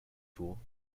tool